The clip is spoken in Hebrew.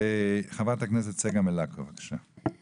חברת הכנסת צגה מלקו, בבקשה.